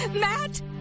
Matt